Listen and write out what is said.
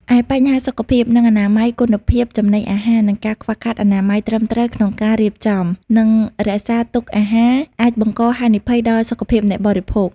ឯបញ្ហាសុខភាព និងអនាម័យគុណភាពចំណីអាហារ នឹងការខ្វះខាតអនាម័យត្រឹមត្រូវក្នុងការរៀបចំ និងរក្សាទុកអាហារ អាចបង្កហានិភ័យដល់សុខភាពអ្នកបរិភោគ ។